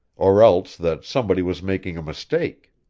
or else that somebody was making a mistake.